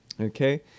Okay